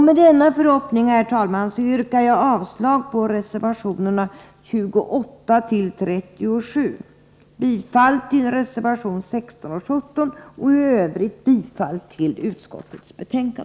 Med denna förhoppning, herr talman, yrkar jag avslag på reservationerna 28-37 och bifall till reservationerna 16 och 17, samt i övrigt bifall till utskottets hemställan.